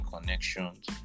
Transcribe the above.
connections